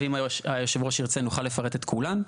ואם יושב הראש ירצה, נוכל לפרט את כולם.